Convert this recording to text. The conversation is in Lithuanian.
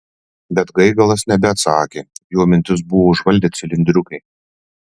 bet gaigalas nebeatsakė jo mintis buvo užvaldę cilindriukai